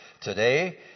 today